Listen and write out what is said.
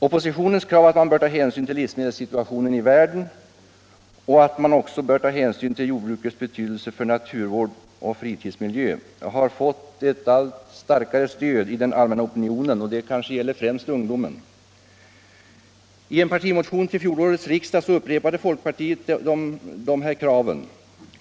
Oppositionens krav att man borde ta hänsyn till livsmedelssituationen i världen och till jordbrukets betydelse för naturvård och fritidsmiljö har fått ett allt starkare stöd i den allmänna opinionen — kanske främst bland ungdomen. I en partimotion till fjolårets riksdag upprepade folkpartiet dessa krav.